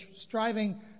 striving